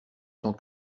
sans